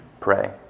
Pray